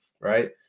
right